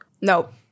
Nope